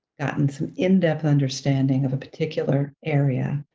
gotten some in-depth understanding of a particular area,